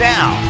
Now